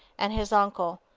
and his uncle,